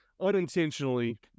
unintentionally